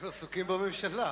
הם עסוקים בממשלה.